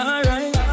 Alright